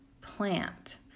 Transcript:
plant